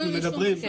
נכון.